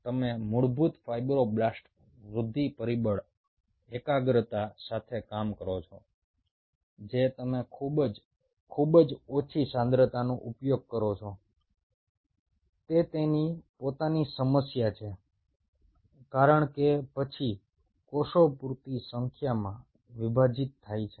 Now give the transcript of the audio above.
તમે મૂળભૂત ફાઇબ્રોબ્લાસ્ટ વૃદ્ધિ પરિબળ એકાગ્રતા સાથે કામ કરો છો જે તમે ખૂબ જ ખૂબ જ ઓછી સાંદ્રતાનો ઉપયોગ કરો છો તે તેની પોતાની સમસ્યા છે કારણ કે પછી કોષો પૂરતી સંખ્યામાં વિભાજિત થાય છે